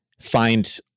find